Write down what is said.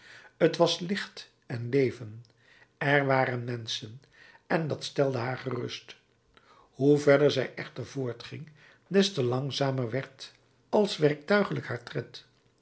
t was licht en leven er waren menschen en dat stelde haar gerust hoe verder zij echter voortging des te langzamer werd als werktuiglijk haar tred